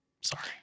Sorry